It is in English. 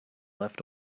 left